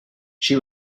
she